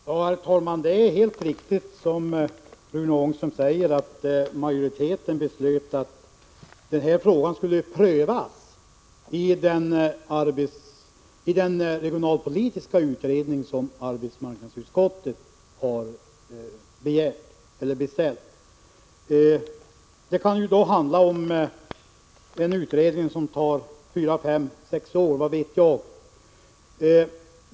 Herr talman! Det är helt riktigt som Rune Ångström säger: att majoriteten beslutade att frågan skulle prövas i den regionalpolitiska utredning som arbetsmarknadsutskottet har beställt. Det kan då bli fråga om en utredning som tar fyra fem kanske sex år — vad vet jag.